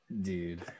Dude